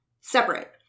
separate